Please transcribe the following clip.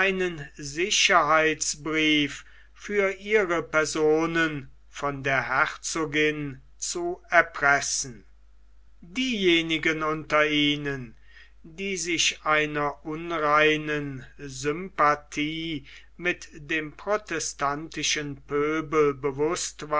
sicherheitsbrief für ihre personen von der herzogin zu erpressen diejenigen unter ihnen die sich einer unreinen sympathie mit dem protestantischen pöbel bewußt